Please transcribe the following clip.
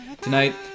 tonight